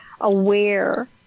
aware